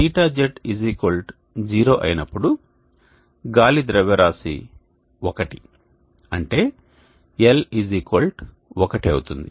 θz 0 అయినప్పుడు గాలి ద్రవ్యరాశి 1 అంటే l ఈజ్ ఈక్వల్ 1 అవుతుంది